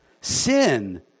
sin